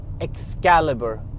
Excalibur